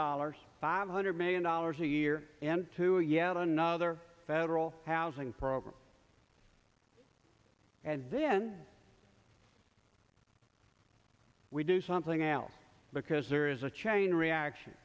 dollars five hundred million dollars a year to a yet another federal housing program and then we do something else because there is a chain reaction